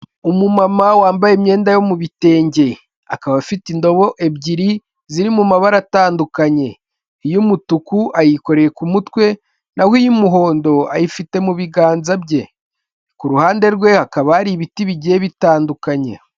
Umumama wambaye imyenda yo mu bi bitenge akaba afite indobo ebyiri ziri mu mabara atandukanye, Iy'umutuku ayikoreye ku mutwe naho iy'umuhondo ayifite mu biganza bye, ku ruhande rwe ha akaba ari ibiti bigiye bitandukanye.